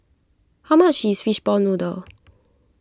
how much is Fishball Noodle